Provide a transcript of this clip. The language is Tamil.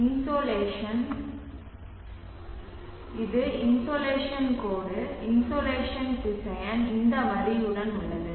இன்சோலேஷன் இது இன்சோலேஷன் கோடு இன்சோலேஷன் திசையன் இந்த வரியுடன் உள்ளது